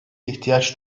ihtiyaç